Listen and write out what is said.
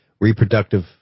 reproductive